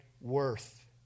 worth